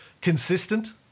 consistent